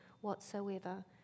whatsoever